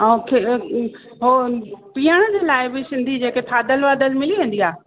okay हो पीअण जे लाइ बि सिंधी जेके थादल वादल मिली वेंदी आहे